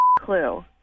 clue